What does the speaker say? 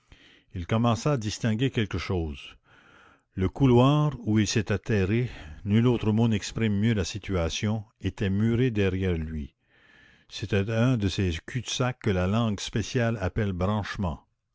il commença à distinguer quelque chose le couloir où il s'était terré nul autre mot n'exprime mieux la situation était muré derrière lui c'était un de ces culs-de-sac que la langue spéciale appelle branchements